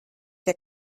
der